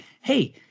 Hey